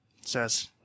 Says